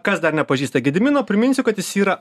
kas dar nepažįsta gedimino priminsiu kad jis yra